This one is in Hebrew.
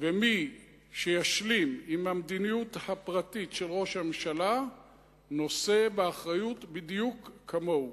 ומי שישלים עם המדיניות הפרטית של ראש הממשלה נושא באחריות בדיוק כמוהו.